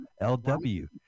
L-W